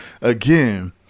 Again